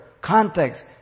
Context